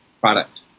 product